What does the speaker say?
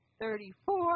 thirty-four